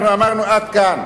אנחנו אמרנו: עד כאן,